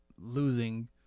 losing